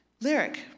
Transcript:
lyric